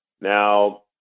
Now